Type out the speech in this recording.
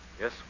Yes